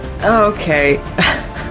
Okay